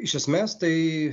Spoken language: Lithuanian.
iš esmės tai